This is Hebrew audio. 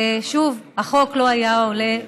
שוב, החוק לא היה עולה בלעדיהם.